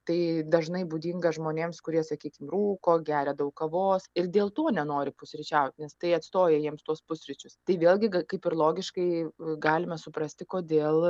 tai dažnai būdinga žmonėms kurie sakykim rūko geria daug kavos ir dėl to nenori pusryčiaut nes tai atstoja jiems tuos pusryčius tai vėlgi kaip ir logiškai galime suprasti kodėl